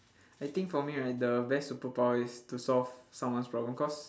I think for me right the best superpower is to solve someone's problem cause